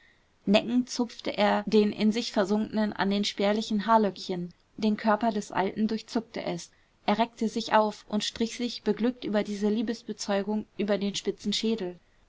neckend zupfte er den in sich versunkenen an den spärlichen haarlöckchen den körper des alten durchzuckte es er reckte sich auf und strich sich beglückt über diese liebesbezeugung über den spitzen schädel